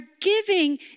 giving